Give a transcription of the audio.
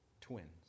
twins